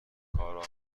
کارآموز